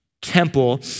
temple